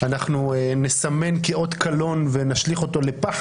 אנחנו נסמן כאות קלון ונשליך אותו לפח